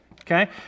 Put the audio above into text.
Okay